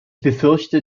befürchte